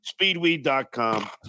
speedweed.com